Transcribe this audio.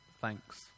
thanks